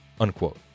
unquote